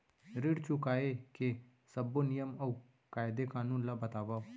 ऋण चुकाए के सब्बो नियम अऊ कायदे कानून ला बतावव